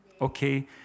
okay